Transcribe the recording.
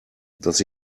dass